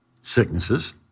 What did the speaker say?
sicknesses